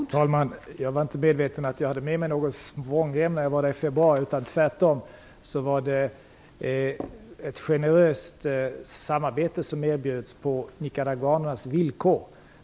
Fru talman! Jag var inte medveten om att jag hade med mig någon svångrem när jag var där nere i februari. Tvärtom erbjöds ett generöst samarbete på nicaraguanernas villkor.